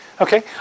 okay